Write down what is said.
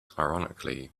ironically